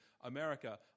America